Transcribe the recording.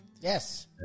Yes